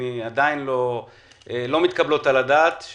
שלא מתקבלות על הדעת,